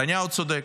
נתניהו צודק.